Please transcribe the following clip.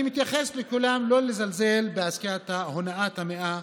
אני מתייחס לכולם: לא לזלזל בעסקת הונאת המאה,